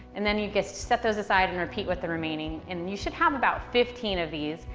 and then you just set those aside and repeat with the remaining. and you should have about fifteen of these.